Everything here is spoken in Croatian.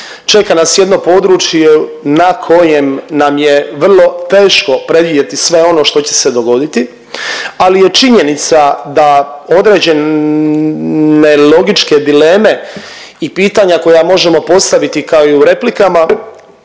čeka nas jedno područje na kojem nam je vrlo teško predvidjeti sve ono što će se dogoditi, ali je činjenica da određene logičke dileme i pitanja koja možemo postaviti kao i u replikama